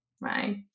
right